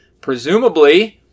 Presumably